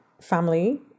family